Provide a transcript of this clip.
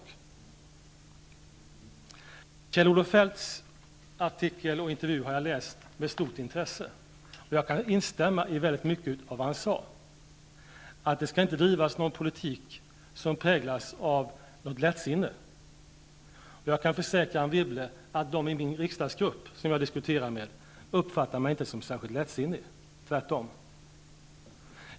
Jag har läst Kjell-Olof Feldts artikel och intervju med stort intresse. Jag kan instämma i väldigt mycket av vad han sade. Det skall inte drivas en politik som präglas av lättsinne. Jag kan försäkra Anne Wibble att de jag diskuterat med i min riksdagsgrupp inte uppfattar mig som särskilt lättsinnig, tvärtom.